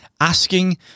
Asking